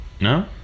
No